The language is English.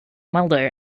mulder